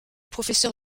professeur